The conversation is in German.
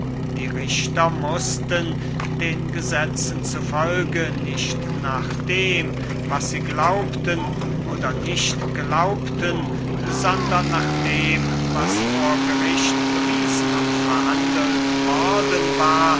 die richter mußten den gesetzen zu folge nicht nach dem was sie glaubten oder nicht glaubten sondern nach dem was vor gericht bewiesen und verhandelt worden war